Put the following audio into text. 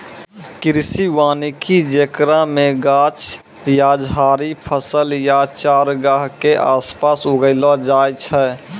कृषि वानिकी जेकरा मे गाछ या झाड़ि फसल या चारगाह के आसपास उगैलो जाय छै